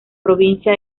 provincia